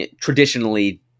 traditionally